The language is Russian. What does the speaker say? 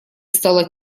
стало